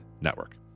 Network